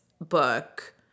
book